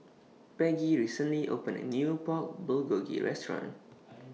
Peggie recently opened A New Pork Bulgogi Restaurant